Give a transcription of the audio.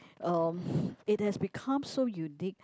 um it has become so unique